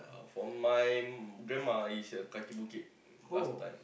for my grandma is a Kaki-Bukit last time